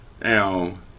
Now